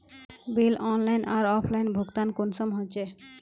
Bill online आर offline भुगतान कुंसम होचे?